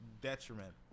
detriment